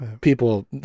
People